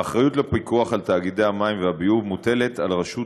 האחריות לפיקוח על תאגידי המים והביוב מוטלת על רשות